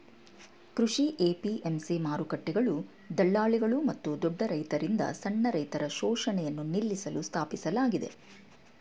ಕೃಷಿ ಎ.ಪಿ.ಎಂ.ಸಿ ಮಾರುಕಟ್ಟೆಗಳು ದಳ್ಳಾಳಿಗಳು ಮತ್ತು ದೊಡ್ಡ ರೈತರಿಂದ ಸಣ್ಣ ರೈತರ ಶೋಷಣೆಯನ್ನು ನಿಲ್ಲಿಸಲು ಸ್ಥಾಪಿಸಲಾಗಿದೆ